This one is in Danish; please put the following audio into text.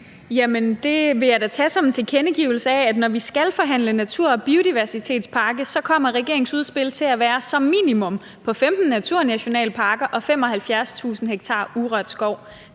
det vil jeg da tage som en tilkendegivelse af, at når vi skal forhandle natur- og biodiversitetspakke, kommer regeringens udspil til som minimum at være på 15 naturnationalparker og 75.000 ha urørt skov.